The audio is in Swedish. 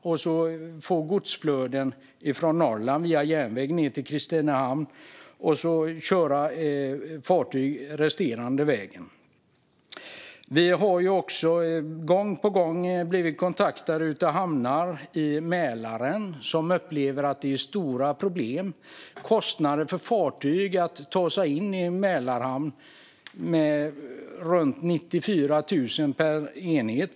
Sedan kan godsflöden från Norrland gå med järnväg till Kristinehamn, och därefter kan fartyg gå resterande vägen. Hamnar i Mälaren har gång på gång upplevt stora problem med kostnader för fartyg att lägga till i en Mälarhamn: runt 94 000 per enhet.